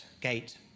gate